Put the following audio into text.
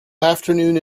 afternoon